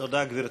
תודה, גברתי.